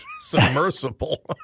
submersible